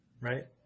right